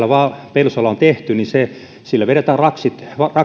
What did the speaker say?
pelsolla on tehty yli vedetään raksit